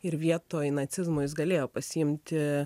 ir vietoj nacizmo jis galėjo pasiimti